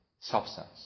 substance